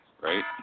Right